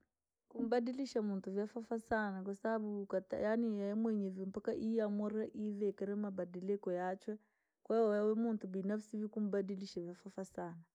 Kumbadilisha muntu vyafafa sana, kwasababu kwate yaani yeyemwenyewe vii yeeiamuree ivikire mabadiliko yachwe, kwahiyo wemuntu binafsi kumbadilisha vyafafa sana.